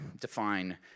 define